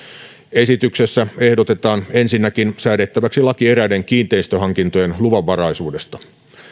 esityksessä ehdotetaan ensinnäkin säädettäväksi laki eräiden kiinteistöhankintojen luvanvaraisuudesta